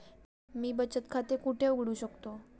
मी बचत खाते कुठे उघडू शकतो?